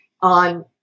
on